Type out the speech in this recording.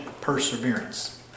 perseverance